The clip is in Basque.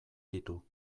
ditu